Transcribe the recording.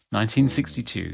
1962